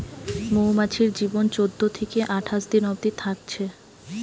মৌমাছির জীবন চোদ্দ থিকে আঠাশ দিন অবদি থাকছে